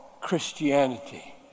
Christianity